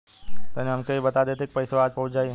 तनि हमके इ बता देती की पइसवा आज पहुँच जाई?